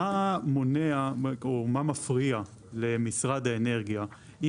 מה מונע או מה מפריע למשרד האנרגיה אם